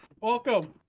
Welcome